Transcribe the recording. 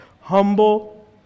humble